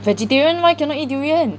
vegetarian why cannot eat durian